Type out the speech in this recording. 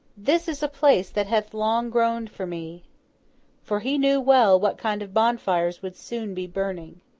this is a place that hath long groaned for me for he knew well, what kind of bonfires would soon be burning.